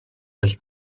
quel